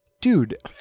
dude